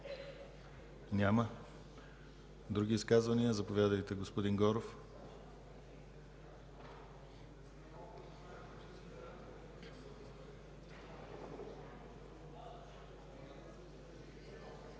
Няма. Други изказвания? Заповядайте, господин Горов.